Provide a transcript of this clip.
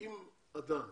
שאם אדם